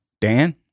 Dan